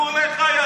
זכור לך?